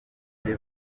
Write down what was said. muri